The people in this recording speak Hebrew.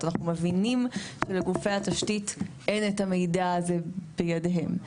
אנחנו מבינים שלגופי התשתית אין את המידע הזה בידיהם.